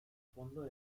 fondo